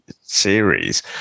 series